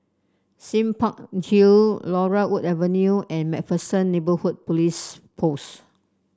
Sime Park Hill Laurel Wood Avenue and MacPherson Neighbourhood Police Post